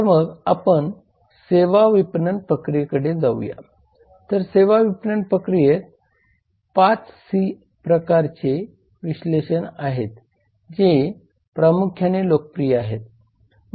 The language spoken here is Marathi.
तर मग आपण सेवा विपणन प्रक्रियेकडे जाऊया तर सेवा विपणन प्रक्रियेत 5C 0440 प्रकारचे विश्लेषण आहेत जे प्रमुख्याने लोकप्रिय आहेत